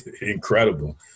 Incredible